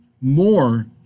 more